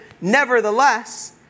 Nevertheless